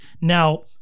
Now